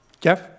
Jeff